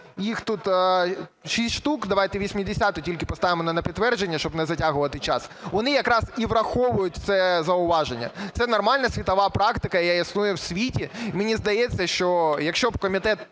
їх тут шість штук, давайте 80-у тільки поставимо на підтвердження, щоб не затягувати час, вони якраз і враховують це зауваження. Це нормальна світова практика, яка існує в світі. І мені здається, що якщо б комітет